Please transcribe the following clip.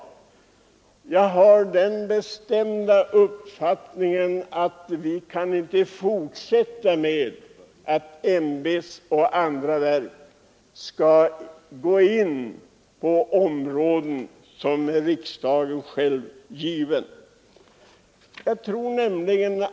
Jag har den bestämda uppfattningen att vi inte kan fortsätta att låta ämbetsverk och andra gå in på områden som riksdagen är satt att sköta.